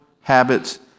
habits